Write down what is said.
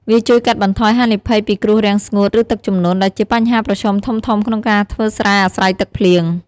វាជួយកាត់បន្ថយហានិភ័យពីគ្រោះរាំងស្ងួត ឬទឹកជំនន់ ដែលជាបញ្ហាប្រឈមធំៗក្នុងការធ្វើស្រែអាស្រ័យទឹកភ្លៀង។